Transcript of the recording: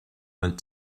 went